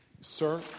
Sir